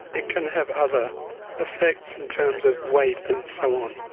it can have other effects in terms of weight and so on.